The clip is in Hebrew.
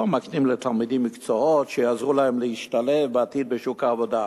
לא מקנים לתלמידים מקצועות שיעזרו להם להשתלב בעתיד בשוק העבודה.